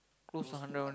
close one hundred